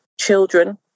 children